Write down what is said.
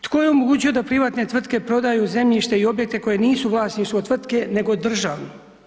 Tko je omogućio da privatne tvrtke prodaju zemljište i objekte koji nisu u vlasništvu tvrtke nego državno?